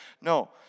No